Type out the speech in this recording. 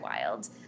wild